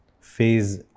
phase